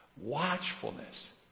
Watchfulness